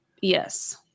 Yes